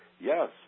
Yes